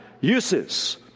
uses